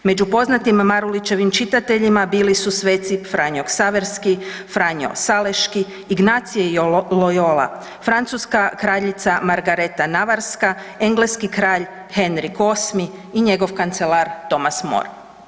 Među poznatim Marulićevim čitateljima bili su sveci Franjo Ksaverski, Franjo Saleški, Ignacije Loyola, francuska kraljica Margareta Navarska, engleski kralj Henrik VIII. i njegov kancelar Thomas More.